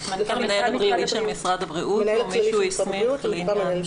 המנהל הכללי של משרד הבריאות או מי שהוא הסמיך לעניין